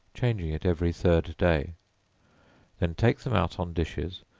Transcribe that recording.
changing it every third day then take them out on dishes,